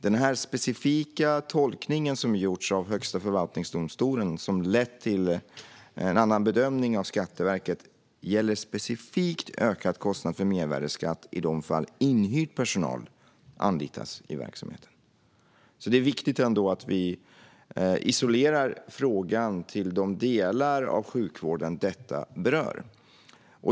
Den specifika tolkning som gjorts av Högsta förvaltningsdomstolen och som lett till en annan bedömning hos Skatteverket gäller specifikt ökad kostnad för mervärdesskatt i de fall inhyrd personal anlitas i verksamheten. Det är alltså viktigt att vi isolerar frågan till de delar av sjukvården detta berör.